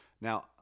Now